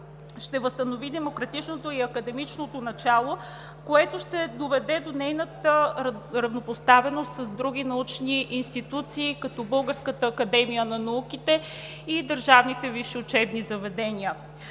ще възстанови демократичното и академичното начало, което ще доведе до нейната равнопоставеност с други научни институции, като Българската академия на науките и държавните висши учебни заведения.